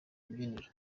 rubyiniro